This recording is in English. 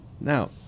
Now